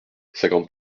cinquante